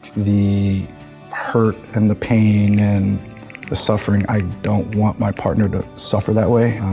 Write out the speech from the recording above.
the hurt and the pain and the suffering, i don't want my partner to suffer that way.